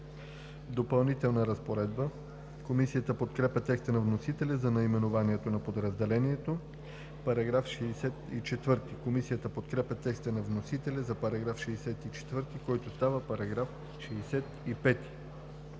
„Допълнителна разпоредба“. Комисията подкрепя текста на вносителя за наименованието на подразделението. Комисията подкрепя текста на вносителя за § 64, който става § 65.